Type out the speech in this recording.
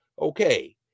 okay